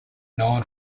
known